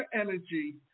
energy